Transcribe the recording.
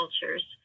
cultures